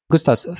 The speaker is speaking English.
Gustas